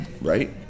right